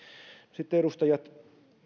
sitten edustajat